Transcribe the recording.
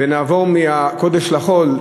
ונעבור מהקודש לחול,